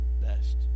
best